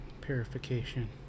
purification